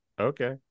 okay